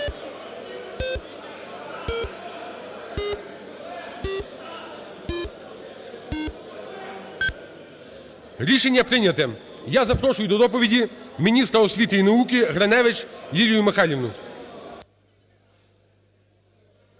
Рішення прийнято. Я запрошую до доповіді міністра освіти й науки Гриневич Лілію Михайлівну.